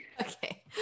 Okay